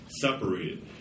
separated